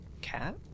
cat